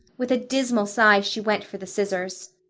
with a dismal sigh she went for the scissors.